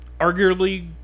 arguably